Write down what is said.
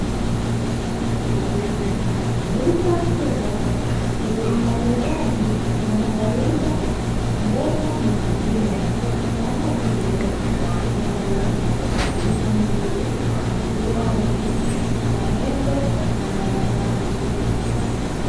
Duka kubwa lenye wauzaji wanaouza mboga na matunda kama vile nyanya, vitunguu , viazi, maembe na mananasi.